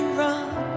run